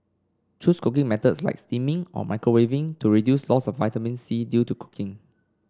choose cooking methods like steaming or microwaving to reduce loss of vitamin C due to cooking